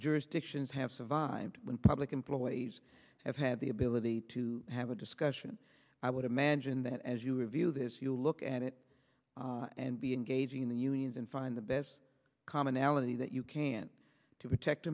jurisdictions have survived when public employees have had the ability to have a discussion i would imagine that as you review this you look at it and be engaging in the unions and find the best commonality that you can to protect